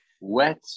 wet